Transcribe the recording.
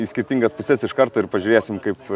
į skirtingas puses iš karto ir pažiūrėsime kaip